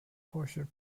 posher